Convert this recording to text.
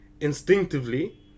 Instinctively